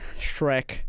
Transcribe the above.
Shrek